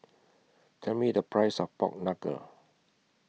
Tell Me The Price of Pork Knuckle